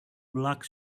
black